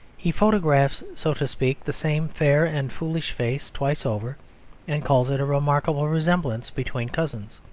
he photographs, so to speak, the same fair and foolish face twice over and calls it a remarkable resemblance between cousins.